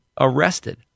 arrested